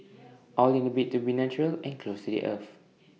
all in A bid to be natural and close to the earth